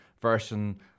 version